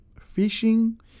Fishing